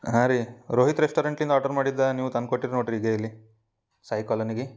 ಹಾಂ ರೀ ರೋಹಿತ್ ರೆಸ್ಟೋರೆಂಟ್ ಇಂದ ಆರ್ಡರ್ ಮಾಡಿದ್ದ ನೀವು ತಂದು ಕೊಟ್ಟಿರಿ ನೋಡ್ರಿ ಇದೆ ಇಲ್ಲಿ ಸಾಯಿ ಕಾಲೋನಿಗೆ